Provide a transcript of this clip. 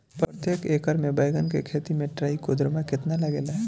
प्रतेक एकर मे बैगन के खेती मे ट्राईकोद्रमा कितना लागेला?